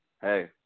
hey